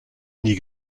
nie